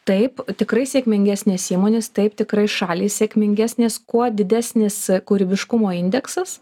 taip tikrai sėkmingesnės įmonės taip tikrai šalys sėkmingesnės kuo didesnis kūrybiškumo indeksas